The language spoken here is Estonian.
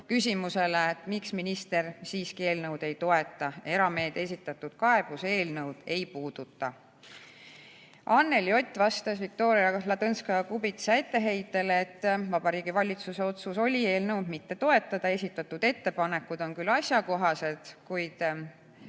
küsimusele, miks minister siiski eelnõu ei toeta. Erameedia esitatud kaebus eelnõu ei puuduta. Anneli Ott vastas Viktoria Ladõnskaja-Kubitsa etteheitele, et Vabariigi Valitsuse otsus oli eelnõu mitte toetada. Esitatud ettepanekud on küll asjakohased, kuid